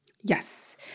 Yes